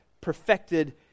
perfected